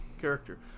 character